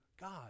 God